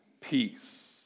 peace